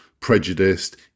prejudiced